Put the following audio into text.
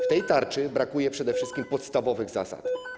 W tej tarczy brakuje przede wszystkim podstawowych zasad.